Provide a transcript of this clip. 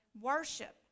Worship